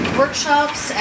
workshops